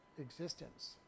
existence